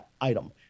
item